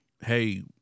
hey